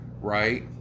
right